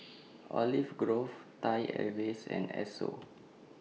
Olive Grove Thai Airways and Esso